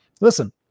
Listen